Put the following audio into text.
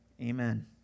Amen